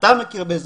אתה מכיר בזה,